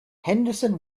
henderson